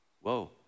whoa